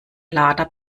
lader